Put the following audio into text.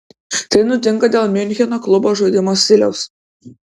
tai nutinka dėl miuncheno klubo žaidimo stiliaus